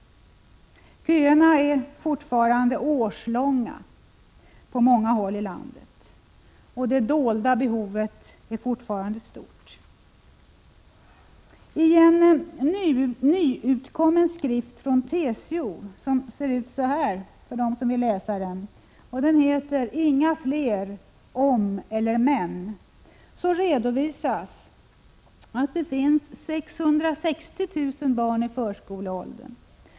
Köerna är fortfarande årslånga på många håll i landet. Det dolda behovet är fortfarande stort. I en nyutkommen skrift från TCO, som heter Inga fler om eller men — för dem som vill läsa dem visar jag här hur den ser ut —, redovisas att det finns 660 000 barn i förskoleåldern.